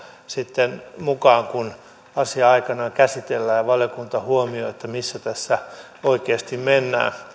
sitten tähän mukaan kun asiaa aikanaan käsitellään ja valiokunta huomioi missä tässä oikeasti mennään